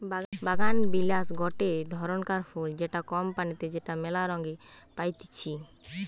বাগানবিলাস গটে ধরণকার ফুল যেটা কম পানিতে যেটা মেলা রঙে পাইতিছি